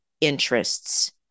interests